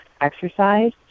exercise